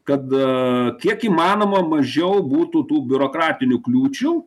kad a kiek įmanoma mažiau būtų tų biurokratinių kliūčių